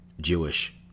Jewish